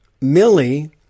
Millie